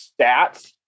stats